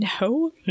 No